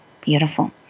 Beautiful